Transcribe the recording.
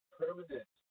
permanent